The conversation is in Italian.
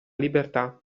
libertà